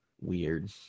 Weird